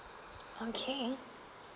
okay